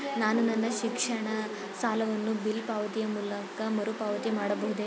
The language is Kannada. ನಾನು ನನ್ನ ಶಿಕ್ಷಣ ಸಾಲವನ್ನು ಬಿಲ್ ಪಾವತಿಯ ಮೂಲಕ ಮರುಪಾವತಿ ಮಾಡಬಹುದೇ?